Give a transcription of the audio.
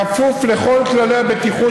כפוף לכל כללי הבטיחות,